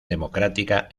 democrática